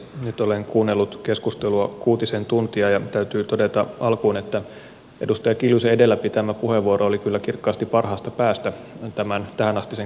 nyt olen kuunnellut keskustelua kuutisen tuntia ja täytyy todeta alkuun että edustaja kiljusen edellä pitämä puheenvuoro oli kyllä kirkkaasti parhaasta päästä tämän tähänastisen keskustelun aikana